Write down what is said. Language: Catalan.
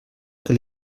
que